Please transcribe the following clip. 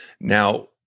Now